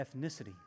ethnicity